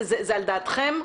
זה על דעתכם?